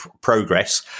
progress